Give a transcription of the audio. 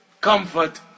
comfort